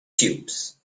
cubes